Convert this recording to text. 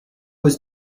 was